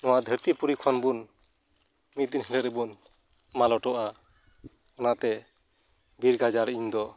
ᱱᱚᱣᱟ ᱫᱷᱟᱹᱨᱛᱤᱯᱩᱨᱤ ᱠᱷᱚᱱᱵᱚᱱ ᱢᱤᱫ ᱫᱤᱱ ᱦᱤᱞᱟᱹᱜ ᱨᱮᱵᱚᱱ ᱢᱟᱞᱚᱴᱚᱜᱼᱟ ᱚᱱᱟᱛᱮ ᱵᱤᱨ ᱜᱟᱡᱟᱲ ᱤᱧᱫᱚ